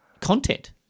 content